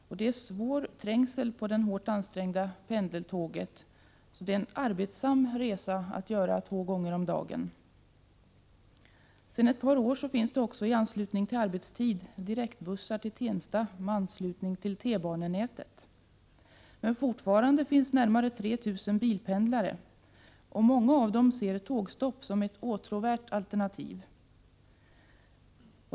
Och det är svår trängsel på det hårt ansträngda pendeltåget. Så det är en arbetsam resa att göra två gånger om dagen. Sedan ett par år finns det också under rusningstrafik direktbussar till Tensta för anslutning till tunnelbanenätet. Men fortfarande finns närmare 3 000 bilpendlare, och många av dessa ser tågstopp som ett åtråvärt alternativ.